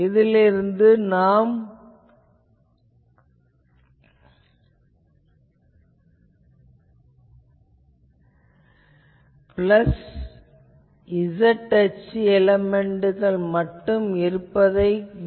இங்கு நம்மிடம் plus z அச்சு எலேமென்ட்கள் மட்டும் உள்ளன